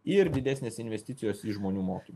ir didesnės investicijos į žmonių mokym